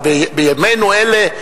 אבל בימינו אלה,